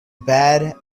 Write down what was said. bad